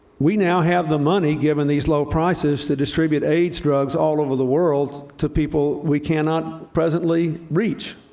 we now have the money, given these low prices, to distribute aids drugs all over the world to people we cannot presently reach.